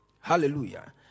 Hallelujah